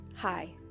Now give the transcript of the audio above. Hi